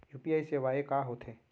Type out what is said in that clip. UPI सेवाएं का होथे?